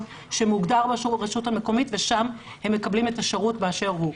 שמוגדר ברשות המקומית ושם הם מקבלים את השירות באשר הוא.